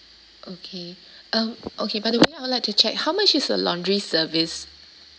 okay um okay by the way I would like to check how much is the laundry service